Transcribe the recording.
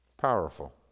Powerful